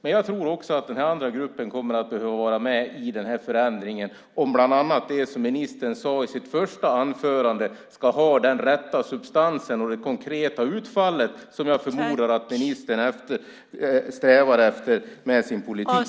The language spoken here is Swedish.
Men jag tror att också den andra gruppen kommer att behöva vara med i den här förändringen, om bland annat det som ministern sade i sitt första anförande ska få den rätta substansen och det konkreta utfall som jag förmodar att ministern strävar efter med sin politik.